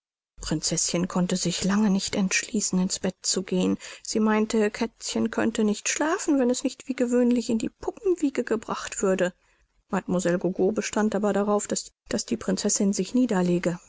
prinzeßchen konnte sich lange nicht entschließen ins bett zu gehen sie meinte kätzchen könnte nicht schlafen wenn es nicht wie gewöhnlich in die puppenwiege gebracht würde mlle gogo bestand aber darauf daß die prinzessin sich niederlege